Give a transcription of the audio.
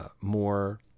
more